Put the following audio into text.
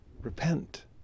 Repent